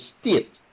state